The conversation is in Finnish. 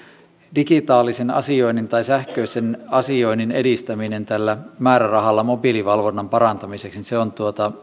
digitaalisen asioinnin tai sähköisen asioinnin edistäminen tällä määrärahalla mobiilivalvonnan parantamiseksi on